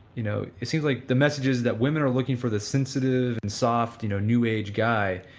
you know, it seems like the messages that women are looking for the sensitive and soft, you know, new-age guy,